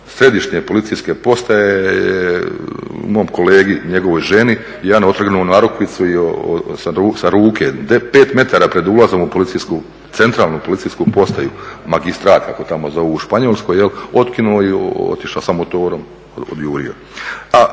središnje policijske postaje je mom kolegi, njegovoj ženi jedan otrgnuo narukvicu sa ruke, pet metara pred ulazom u policijsku, centralnu policijsku postaju Magistrat kako tamo zovu u Španjolskoj. Otkinuo joj, otišao sa motorom odjurio.